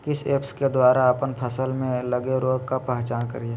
किस ऐप्स के द्वारा अप्पन फसल में लगे रोग का पहचान करिय?